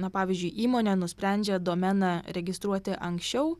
na pavyzdžiui įmonė nusprendžia domeną registruoti anksčiau